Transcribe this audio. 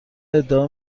ادعا